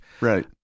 Right